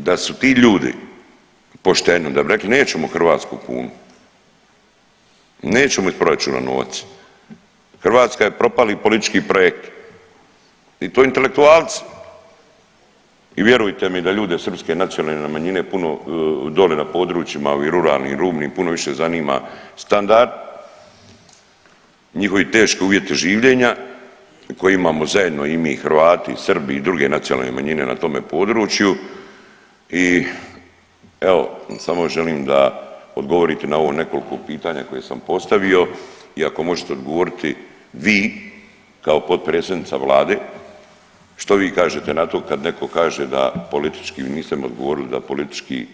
I da su ti ljudi pošteno da bi rekli nećemo hrvatsku kunu, nećemo iz proračuna novac, Hrvatska je propali politički projekt i to intelektualci i vjerujte mi da ljude Srpske nacionalne manjine puno doli na područjima ovim ruralnim, rubnim puno više zanima standard, njihovi teški uvjeti življenja koje imamo zajedno i mi i Hrvati i Srbi i druge nacionalne manjine na tome području i evo samo još želim da odgovorite na ovo nekoliko pitanje koje sam postavio i ako možete odgovoriti vi kao potpredsjednica vlade što vi kažete na to kad neko kaže da politički, niste mi odgovorili da politički